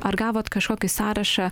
ar gavot kažkokį sąrašą